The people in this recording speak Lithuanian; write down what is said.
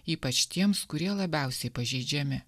ypač tiems kurie labiausiai pažeidžiami